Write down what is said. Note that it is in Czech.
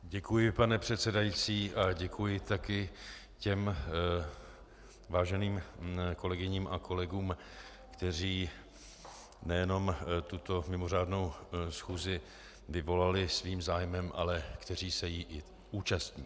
Děkuji, pane předsedající, a děkuji také těm váženým kolegyním a kolegům, kteří nejenom tuto mimořádnou schůzi vyvolali svým zájmem, ale kteří se jí i účastní.